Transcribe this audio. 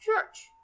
church